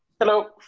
hello.